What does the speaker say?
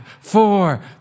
four